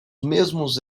mesmos